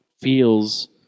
feels